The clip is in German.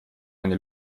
keine